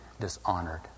dishonored